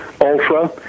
ultra